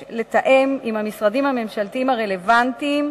יש לתאם עם המשרדים הממשלתיים הרלוונטיים